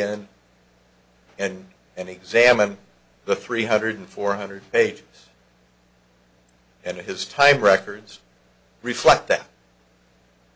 in and and examine the three hundred four hundred page and his type records reflect that